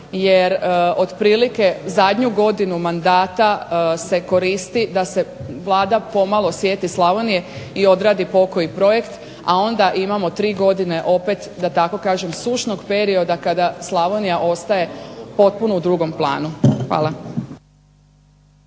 jer otprilike zadnju godinu mandata se koristi da se Vlada pomalo sjeti Slavonije i odradi pokoji projekt, a onda imamo 3 godine opet, da tako kažem, sušnog perioda kada Slavonija ostaje potpuno u drugom planu. Hvala.